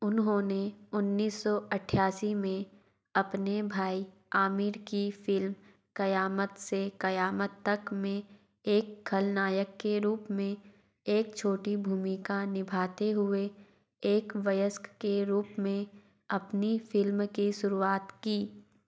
उन्होंने उन्नीस सौ अट्ठासी में अपने भाई आमिर की फ़िल्म क़यामत से क़यामत तक में एक खलनायक के रूप में एक छोटी भूमिका निभाते हुए एक वयस्क के रूप में अपनी फ़िल्म की शुरुआत की